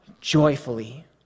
Joyfully